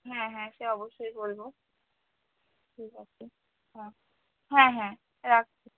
হ্যাঁ হ্যাঁ সে অবশ্যই বলব ঠিক আছে হ্যাঁ হ্যাঁ হ্যাঁ রাখছি